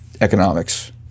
economics